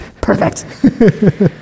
perfect